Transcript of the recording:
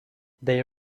they